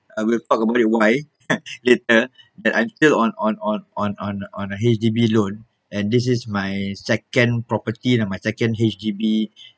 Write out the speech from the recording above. I will talk about it why later that I'm still on on on on on on a H_D_B loan and this is my second property lah and my second H_D_B